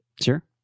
Sure